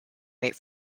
mate